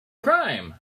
crime